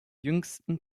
jüngsten